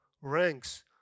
ranks